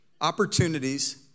opportunities